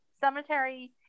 cemetery